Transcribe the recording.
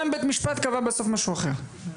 גם בית משפט קבע בסוף משהו אחר.